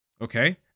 okay